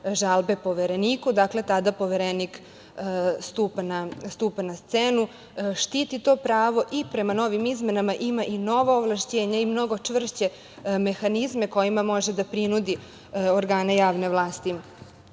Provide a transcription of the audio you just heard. žalbe Povereniku. Dakle, tada Poverenik stupa na scenu, štiti to pravo i prema novim izmenama ima i nova ovlašćenja i mnogo čvršće mehanizme kojima može da prinudi organe javne vlasti